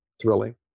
thrilling